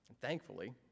Thankfully